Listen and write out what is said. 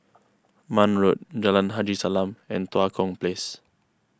Marne Road Jalan Haji Salam and Tua Kong Place